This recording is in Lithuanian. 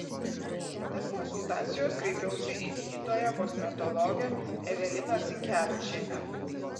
tad konsultacijos kreipiausi į gydytoją kosmetologę eveliną sinkevičienę